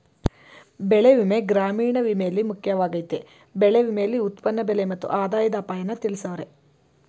ಬೆಳೆವಿಮೆ ಗ್ರಾಮೀಣ ವಿಮೆಲಿ ಮುಖ್ಯವಾಗಯ್ತೆ ಬೆಳೆ ವಿಮೆಲಿ ಉತ್ಪನ್ನ ಬೆಲೆ ಮತ್ತು ಆದಾಯದ ಅಪಾಯನ ತಿಳ್ಸವ್ರೆ